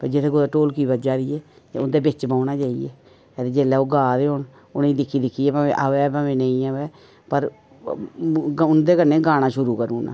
के जुत्थै कुतै ढोल्की बज्जा दी ऐ ते उं'दे बेच्च बौह्ना जाइयै ते जेल्लै ओह् गा दे होन उ'नेंगी दिक्खी दिक्खियै आवा भामें नेईं आवै पर उं'दे कन्नै गाना शुरू करू ओड़ना